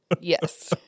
Yes